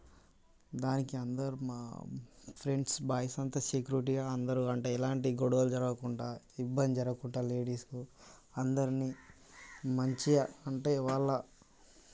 దానికి అందరు మా ఫ్రెండ్స్ బాయ్స్ అంతా సెక్యూరిటీగా అందరు అంటే ఎలాంటి గొడవలు జరగకుండా ఇబ్బంది జరగకుండా లేడీస్కు అందరిని మంచిగా అంటే వాళ్ళ